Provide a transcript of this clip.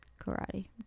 Karate